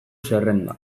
zerrenda